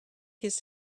his